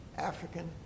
African